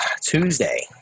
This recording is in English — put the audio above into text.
Tuesday